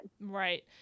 Right